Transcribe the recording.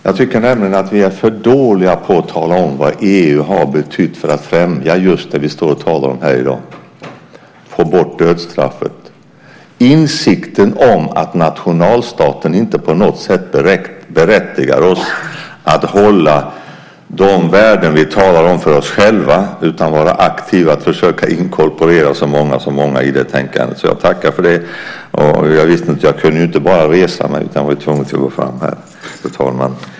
Jag tycker nämligen att vi är för dåliga på att tala om vad EU har betytt för att främja just det vi står och talar om här i dag, som att få bort dödsstraffet och insikten om att nationalstaten inte på något sätt berättigar oss att hålla de värden vi talar om för oss själva utan att vi ska vara aktiva i att försöka inkorporera så många som möjligt i det tänkandet. Jag tackar för det. Jag kunde inte bara resa mig, utan jag var tvungen att gå fram hit till talarstolen, fru talman.